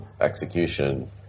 execution